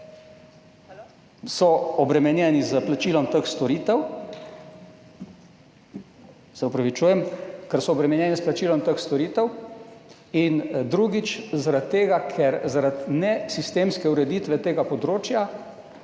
ker so obremenjeni s plačilom teh storitev. In drugič zaradi tega, ker zaradi nesistemske ureditve tega področja